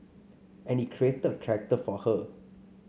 and he created a character for her